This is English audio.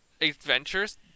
adventures